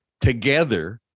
together